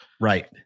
Right